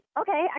okay